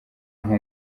nko